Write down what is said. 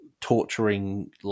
torturing